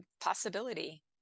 possibility